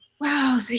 wow